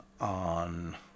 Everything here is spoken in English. on